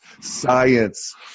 science